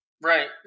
Right